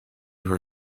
her